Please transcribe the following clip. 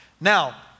Now